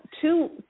two